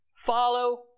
follow